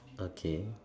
okay